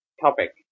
topic